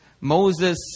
Moses